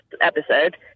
episode